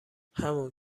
همون